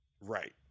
Right